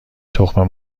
تخم